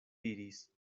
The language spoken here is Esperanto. diris